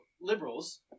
liberals